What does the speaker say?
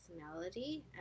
personality